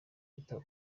bitaba